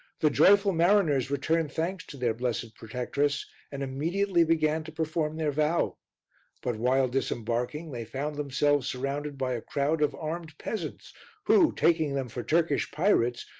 the joyful mariners returned thanks to their blessed protectress and immediately began to perform their vow but while disembarking, they found themselves surrounded by a crowd of armed peasants who, taking them for turkish pirates,